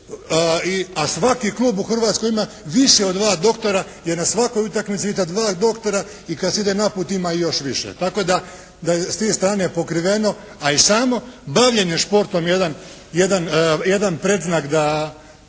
a svaki klub u Hrvatskoj ima više od dva doktora jer na svakoj utakmici vidite dva doktora i kad se ide na put ima ih još više. Tako da je s te strane pokriveno. A i samo bavljenje športom je jedan predznak da